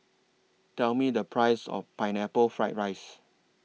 Tell Me The Price of Pineapple Fried Rice